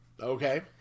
Okay